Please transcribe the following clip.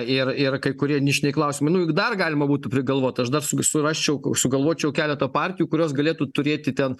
ir ir kai kurie nišiniai klausimai nu juk dar galima būtų prigalvot aš dar su surasčiau kad sugalvočiau keletą partijų kurios galėtų turėti ten